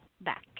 back